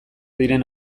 diren